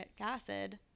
acid